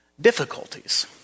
difficulties